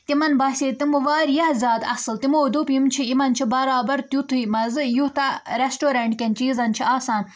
تِمن باسے تِم واریاہ زیادٕ اَصٕل تِمو دوٚپ یِم چھِ یِمن چھِ برابر تِتھُے مزٕ یوٗتاہ ریسٹورنٛٹ کٮ۪ن چیٖزَن چھِ آسان